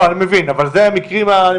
אבל אנחנו מגיעים גם למקרים הללו לצערי.